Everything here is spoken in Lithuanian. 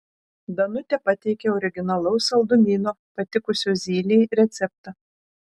danutė pateikė originalaus saldumyno patikusio zylei receptą